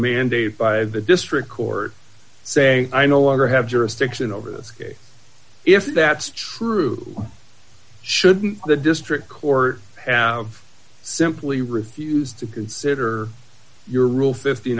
mandate by the district court say i no longer have jurisdiction over this case if that's true shouldn't the district court have simply refused to consider your rule fifty